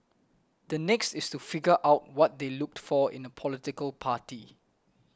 the next is to figure out what they looked for in a political party